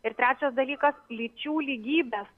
ir trečias dalykas lyčių lygybės